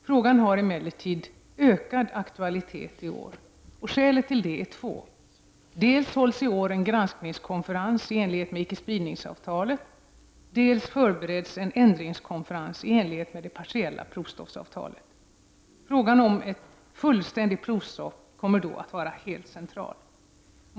Frågan har emellertid ökad aktualitet i år. Skälen till detta är två: dels hålls i år en granskningskonferens i enlighet med icke-spridningsavtalet, dels förbereds en ändringskonferens i enlighet med det partiella provstoppavtalet. Frågan om fullständigt provstopp kommer då att vara helt central.